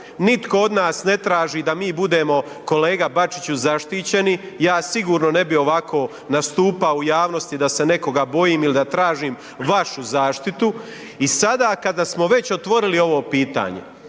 Nitko od nas ne traži da mi budemo kolega Bačiću zaštićeni, ja sigurno ne bih ovako nastupao u javnosti da se nekoga bojim ili da tražim vašu zaštitu. I sada kada smo već otvorili ovo pitanje